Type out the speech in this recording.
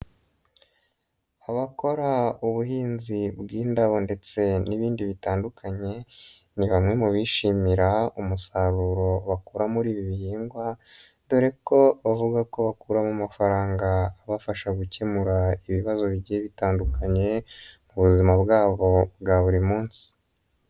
Abakora ubuhinzi bw'indabo ndetse n'ibindi bitandukanye, ni bamwe mu bishimira umusaruro bakora muri ibi bihingwa, dore ko bavuga ko bakuramo amafaranga abafasha gukemura ibibazo bigiye bitandukanye, ku buzima bwabo bwa buri munsi.